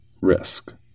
risk